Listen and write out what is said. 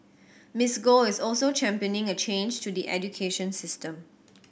Miss Go is also championing a change to the education system